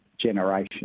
generation